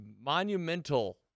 monumental